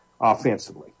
offensively